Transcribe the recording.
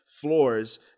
floors